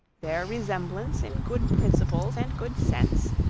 their resemblance in good principles and good sense,